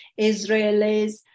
Israelis